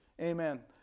Amen